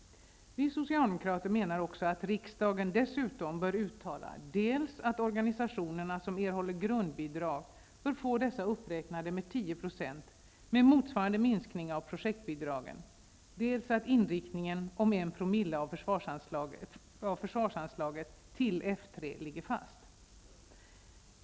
Vi socialdemokrater menar att riksdagen dessutom bör uttala dels att organisationerna som erhåller grundbidrag bör få dessa uppräknade med 10 % med motsvarande minskning av projektbidragen, dels att inriktningen om en promille av försvarsanslaget till F 3 ligger fast.